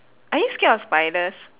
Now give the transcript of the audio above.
are you scared of spiders